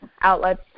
outlets